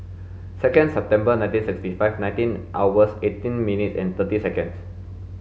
second September nineteen sixty five nineteen hours eighteen minutes and thirty seconds